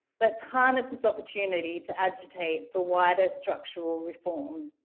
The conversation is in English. let's harness this opportunity to agitate for wider structural reform.